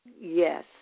yes